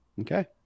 Okay